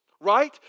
right